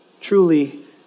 truly